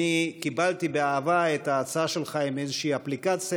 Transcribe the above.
אני קיבלתי באהבה את ההצעה שלך עם איזושהי אפליקציה